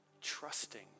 trusting